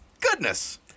goodness